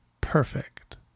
perfect